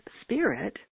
spirit